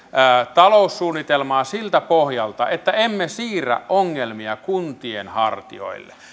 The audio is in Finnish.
taloussuunnitelmaa siltä pohjalta että emme siirrä ongelmia kuntien hartioille